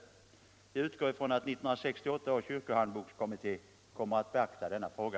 Jag utgår ifrån att 1968 års kyrkohandbokskommitté kommer att beakta denna fråga.